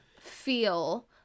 Feel